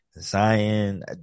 Zion